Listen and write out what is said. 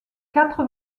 quatre